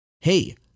Hey